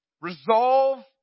Resolve